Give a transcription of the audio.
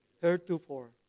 heretofore